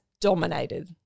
dominated